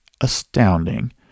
astounding